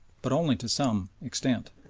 but only to some, extent.